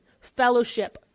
fellowship